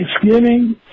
Thanksgiving